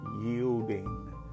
yielding